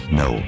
no